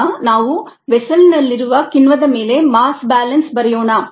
ಈಗ ನಾವು ವೆಸ್ಸೆಲ್ನಲ್ಲಿರುವ ಕಿಣ್ವದ ಮೇಲೆ ಮಾಸ್ ಬ್ಯಾಲೆನ್ಸ್ ಬರೆಯೋಣ